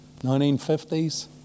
1950s